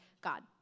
God